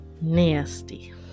nasty